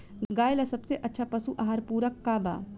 गाय ला सबसे अच्छा पशु आहार पूरक का बा?